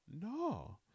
No